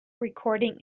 recording